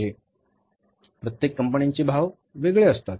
प्रत्येक कंपन्यांचे भाव वेगळे असतात